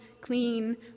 clean